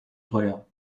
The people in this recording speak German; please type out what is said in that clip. teuer